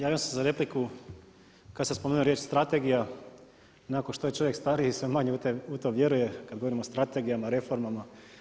Javio sam se za repliku kada ste spomenuli riječ strategija, nakon što je čovjek stariji sve manje u to vjeruje, kada govorimo o strategijama i reformama.